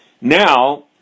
Now